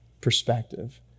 perspective